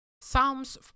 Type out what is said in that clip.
Psalms